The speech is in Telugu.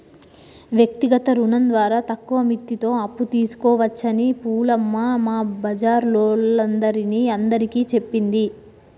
వ్యక్తిగత రుణం ద్వారా తక్కువ మిత్తితో అప్పు తీసుకోవచ్చని పూలమ్మ మా బజారోల్లందరిని అందరికీ చెప్పింది